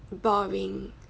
boring